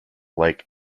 like